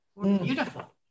Beautiful